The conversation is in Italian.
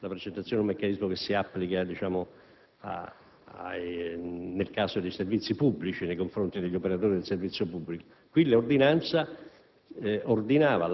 Questo è il motivo per cui alla fine ci siamo determinati, in accordo con la Presidenza del Consiglio, per emanare un'ordinanza che impropriamente è stata chiamata di precettazione,